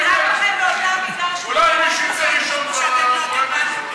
אנחנו נדאג לכם באותה מידה שאתם דואגים לנו.